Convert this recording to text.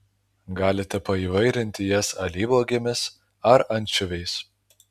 galite paįvairinti jas alyvuogėmis ar ančiuviais